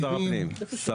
שר הפנים.